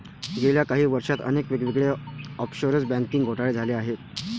गेल्या काही वर्षांत अनेक वेगवेगळे ऑफशोअर बँकिंग घोटाळे झाले आहेत